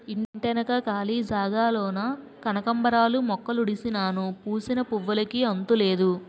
ఇంటెనక కాళీ జాగాలోన కనకాంబరాలు మొక్కలుడిసినాను పూసిన పువ్వులుకి అంతులేదు